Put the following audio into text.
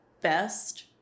best